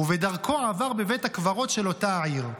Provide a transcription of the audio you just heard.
ובדרכו עבר בבית הקברות של אותה העיר,